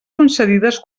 concedides